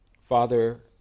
Father